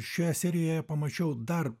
šioje serijoje pamačiau dar